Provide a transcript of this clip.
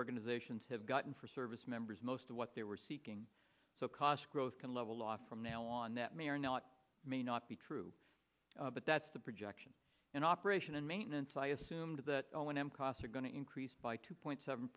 organizations have gotten for servicemembers most of what they were seeking so cost growth can level off from now on that may or not may not be true but that's the projections in operation and maintenance i assumed that all when i'm costs are going to increase by two point seven